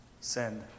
send